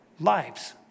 lives